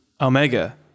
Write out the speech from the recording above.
omega